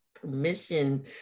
permission